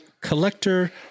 collector